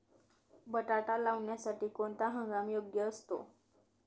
बटाटा लावण्यासाठी कोणता हंगाम योग्य असतो?